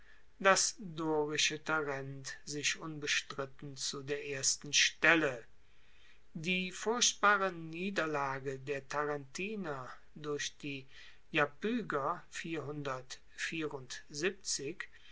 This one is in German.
das dorische tarent sich unbestritten zu der ersten stelle die furchtbare niederlage der tarentiner durch die